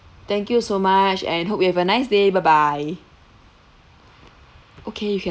thank you so much and hope you have a nice day bye bye okay